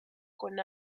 con